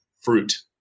fruit